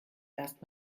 erst